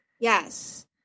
Yes